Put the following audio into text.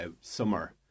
summer